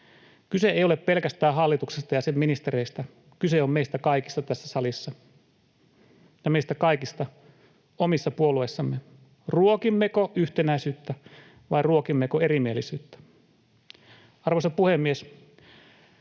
Kyse ei ole pelkästään hallituksesta ja sen ministereistä, kyse on meistä kaikista tässä salissa ja meistä kaikista omissa puolueissamme: ruokimmeko yhtenäisyyttä vai ruokimmeko erimielisyyttä. Arvoisa puhemies!